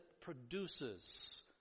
produces